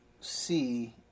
see